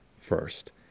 first